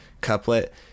couplet